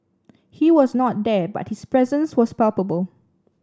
he was not there but his presence was palpable